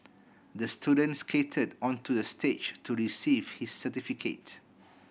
the student skated onto the stage to receive his certificate